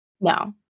No